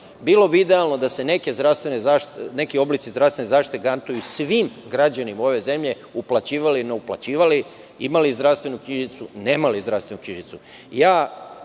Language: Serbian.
Bilo bi idealno da se neke oblici zdravstvene zaštite garantuju svim građanima ove zemlje, uplaćivali, ne uplaćivali, imali zdravstvenu knjižicu, nemali zdravstvenu